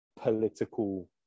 political